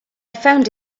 found